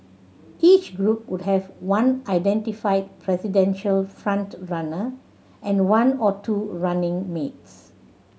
each group would have one identified presidential front runner and one or two running mates